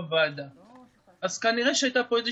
4 בינואר 2021. אני פותח את הישיבה.